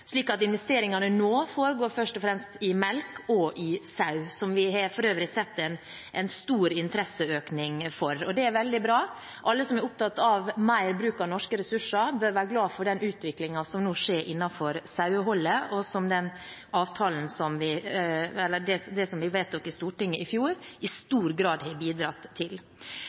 slik at investeringene nå først og fremst er i melk og i sau, som vi for øvrig har sett en stor interesseøkning for. Det er veldig bra. Alle som er opptatt av mer bruk av norske ressurser, bør være glad for den utviklingen som nå skjer innenfor saueholdet, og som det man vedtok i Stortinget i fjor, i stor grad har bidratt til. Når det gjelder jord: Det nydyrkes mer. I